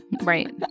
right